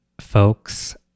folks